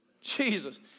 Jesus